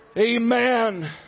Amen